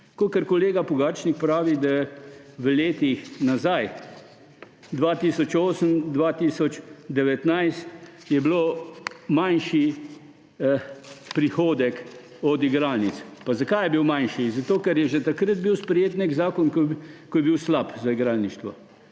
Kakor kolega Pogačnik pravi, da v letih nazaj, od 2008 do2019, je bil manjši prihodek od igralnic. Pa zakaj je bil manjši? Zato, ker je že takrat bil sprejet nek zakon, ki je bil slab za igralništvo.